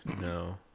No